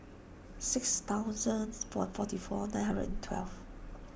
six thousands four forty four nine hundred and twelve